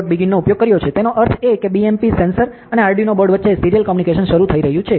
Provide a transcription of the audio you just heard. begin નો ઉપયોગ કર્યો છે તેનો અર્થ એ કે BMP સેન્સર અને આર્ડિનો બોર્ડ વચ્ચે સિરિયલ કમ્યુનિકેશન શરૂ થઈ રહ્યું છે